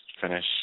finish